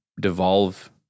devolve